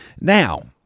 Now